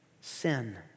sin